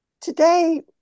Today